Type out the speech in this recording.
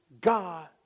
God